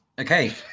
okay